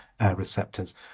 receptors